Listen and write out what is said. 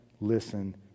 listen